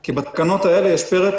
כי בתקנות האלה יש פרק